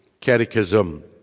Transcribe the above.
Catechism